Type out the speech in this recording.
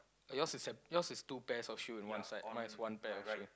your is yours is two pair of shoe at one side mine is one pair right